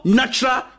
natural